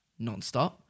nonstop